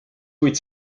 kuid